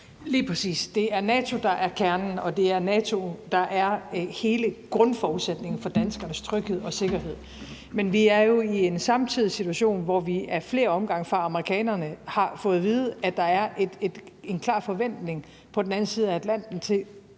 Lige præcis – det er NATO, der er kernen, og det er NATO, der er hele grundforudsætningen for danskernes tryghed og sikkerhed. Men vi er jo samtidig i en situation, hvor vi i flere omgange fra amerikanerne har fået at vide, at der på den anden side af Atlanten er